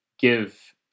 give